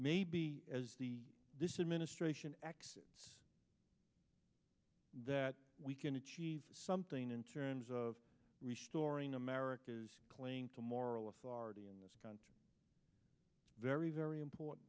may be as the this administration acts that we can achieve something in terms of restoring america's claim to moral authority in this country very very important